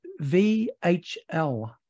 VHL